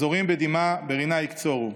הזֹּרעים בדמעה ברִנה יקצֹרו.